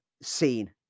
scene